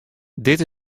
dit